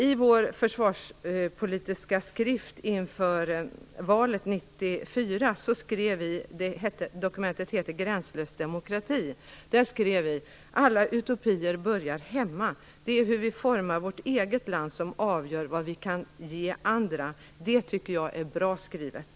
I vår försvarspolitiska skrift Gränslös demokrati inför valet 1994 skrev vi: "Alla utopier börjar hemma. Det är hur vi formar vårt eget land som avgör vad vi kan ge andra." Det tycker jag är bra skrivet.